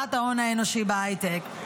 להגדלת ההון האנושי בהייטק.